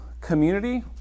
community